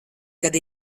kad